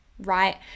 right